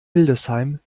hildesheim